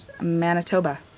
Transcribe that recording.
Manitoba